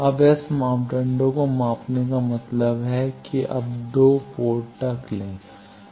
अब एस मापदंडों को मापने का मतलब है कि अब 2 पोर्ट तक लें